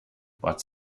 but